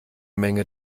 menge